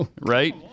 right